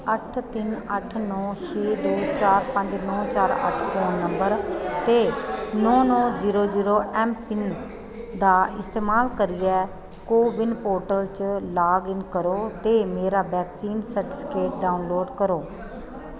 अट्ठ तिन अट्ठ नौ छे दो चार पंज नौ चार अट्ठ फोन नंबर ते नौ नौ जीरो जीरो ऐम्म पिन दा इस्तमाल करियै को विन पोर्टल च लाग इन करो ते मेरा वैक्सीन सर्टिफिकेट डाउनलोड करो